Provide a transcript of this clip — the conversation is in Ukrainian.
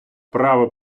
право